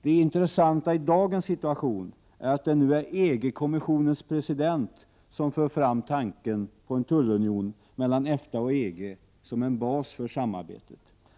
Det intressanta i dagens situation är att det nu är EG-kommissionens president som för fram tanken på en tullunion mellan EFTA och EG som en bas för samarbetet.